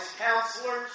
counselors